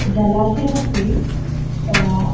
जलाशयमस्ति